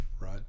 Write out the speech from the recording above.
Right